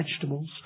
vegetables